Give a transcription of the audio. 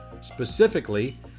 specifically